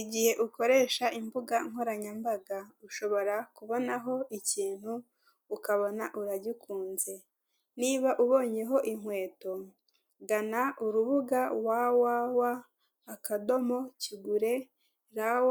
Igihe gukoresha imbugankoranyambaga, ushobora kubonaho ikintu ukabona uragikunze ,niba ubonyeho inkweto gana urubuga WWW akadomo kigure rw